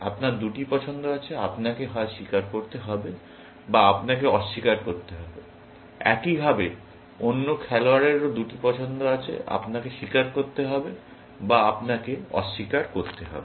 আপনার দুটি পছন্দ আছে আপনাকে হয় স্বীকার করতে হবে বা আপনাকে অস্বীকার করতে হবে একইভাবে অন্য খেলোয়াড়েরও দুটি পছন্দ আছে আপনাকে স্বীকার করতে হবে বা আপনাকে অস্বীকার করতে হবে